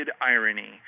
irony